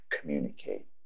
communicate